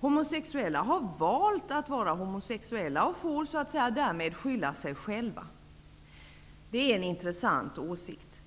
Homosexuella har valt att vara homosexuella och får så att säga därmed skylla sig själva. Det är en intressant åsikt.